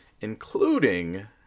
including